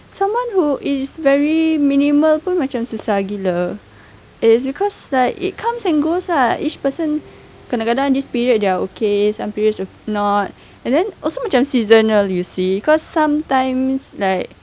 someone who is very minimal macam susah gila it's because like it comes and goes ah each person kadang-kadang this period they are okay some periods not and then also macam seasonal you see cause sometimes like